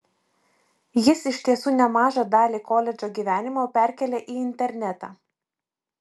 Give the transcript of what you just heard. jis iš tiesų nemažą dalį koledžo gyvenimo perkėlė į internetą